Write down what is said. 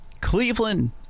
Cleveland